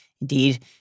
Indeed